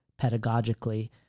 pedagogically